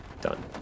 Done